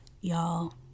Y'all